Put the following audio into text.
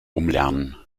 umlernen